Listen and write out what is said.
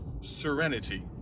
serenity